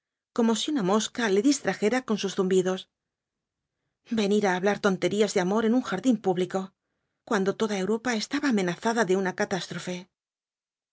como si una mosca le distrajera con sus zumbidos venir á hablar tonterías de amor en un jardín público cuando toda europa estaba amenazada de una catástrofe